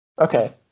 Okay